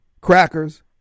crackers